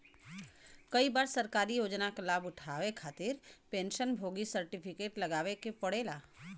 कई बार सरकारी योजना क लाभ उठावे खातिर पेंशन भोगी सर्टिफिकेट लगावे क पड़ेला